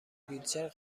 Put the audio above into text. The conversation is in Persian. ویلچر